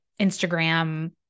Instagram